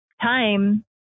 time